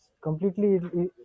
completely